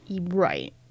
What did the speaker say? Right